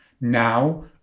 Now